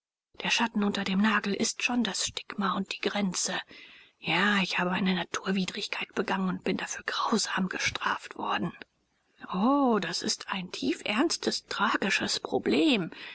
der schatten unter dem nagel ist schon das stigma und die grenze ja ich habe eine naturwidrigkeit begangen und bin dafür grausam gestraft worden o das ist ein tiefernstes tragisches problem